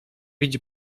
widzi